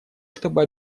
чтобы